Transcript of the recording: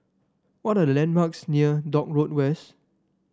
what are the landmarks near Dock Road West